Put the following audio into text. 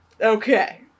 okay